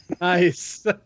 Nice